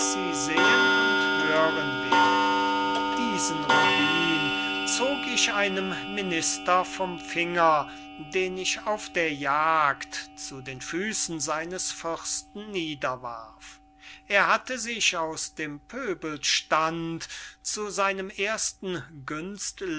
sie sehen und hören werden diesen rubin zog ich einem minister vom finger den ich auf der jagd zu den füßen seines fürsten niederwarf er hatte sich aus dem pöbelstaub zu einem ersten